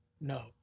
no